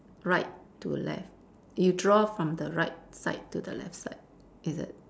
right to left you draw from the right side to the left side is it